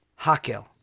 HaKel